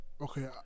okay